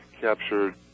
captured